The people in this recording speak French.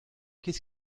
qu’est